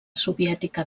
soviètica